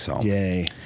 Yay